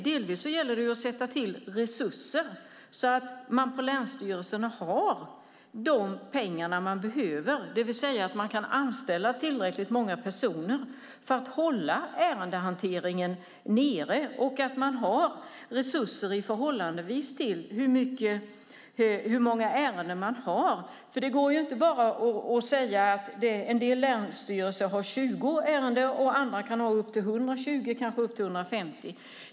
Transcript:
Delvis gäller det att sätta till resurser, så att man på länsstyrelserna har de pengar man behöver, det vill säga att man kan anställa tillräckligt många personer för att hålla ärendehanteringen nere och att man har resurser i förhållande till hur många ärenden man har. Det går inte att bara säga att en del länsstyrelser har 20 ärenden, andra upp till 120, kanske upp till 150.